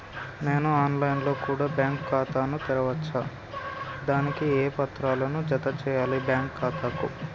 నేను online లో కూడా బ్యాంకు ఖాతా ను తెరవ వచ్చా? దానికి ఏ పత్రాలను జత చేయాలి బ్యాంకు ఖాతాకు?